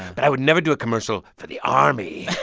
but i would never do a commercial for the army.